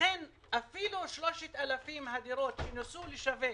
לכן אפילו את 3,000 הדירות שניסו לשווק